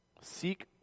Seek